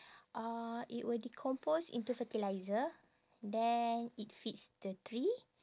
uh it will decompose into fertiliser then it feeds the tree